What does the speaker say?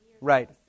Right